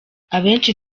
abenshi